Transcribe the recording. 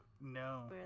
No